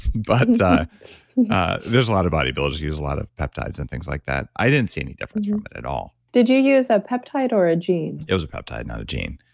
but and there's a lot of bodybuilders who use a lot of peptides and things like that. i didn't see any difference from it at all did you use a peptide or a gene? it was a peptide, not a gene